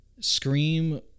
Scream